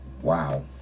Wow